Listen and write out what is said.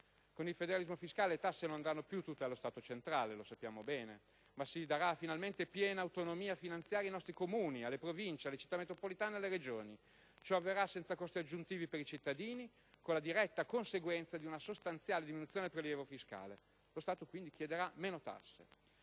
Con il federalismo fiscale le tasse non andranno più tutte allo Stato centrale - lo sappiamo bene - ma si darà finalmente piena autonomia finanziaria ai nostri Comuni, alle Province, alle Città metropolitane e alle Regioni. Ciò avverrà senza costi aggiuntivi per i cittadini, con la diretta conseguenza di una sostanziale diminuzione del prelievo fiscale: lo Stato chiederà meno tasse.